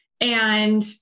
and-